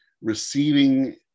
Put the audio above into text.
receiving